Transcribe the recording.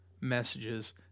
messages